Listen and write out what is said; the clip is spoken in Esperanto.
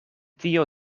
tio